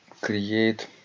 create